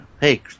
hey